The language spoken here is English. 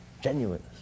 genuineness